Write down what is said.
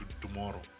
tomorrow